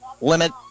limit